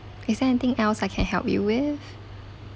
is there anything else I can help you with